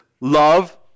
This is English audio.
love